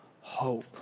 hope